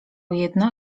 jedno